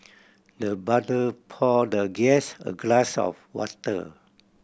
the butter poured the guest a glass of water